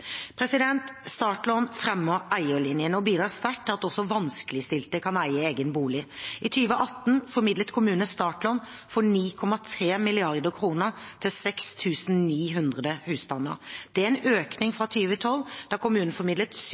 Startlån fremmer eierlinjen og bidrar sterkt til at også vanskeligstilte kan eie egen bolig. I 2018 formidlet kommunene startlån for 9,3 mrd. kr til 6 900 husstander. Det er en økning fra 2012, da kommunene formidlet